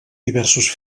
diversos